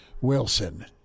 Wilson